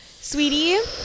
Sweetie